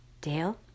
Dale